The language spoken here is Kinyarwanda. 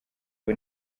ubu